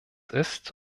ist